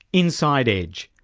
inside edge.